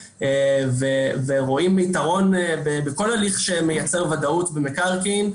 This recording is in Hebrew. ורואים יתרון בכל הליך שמייצר ודאות במקרקעין.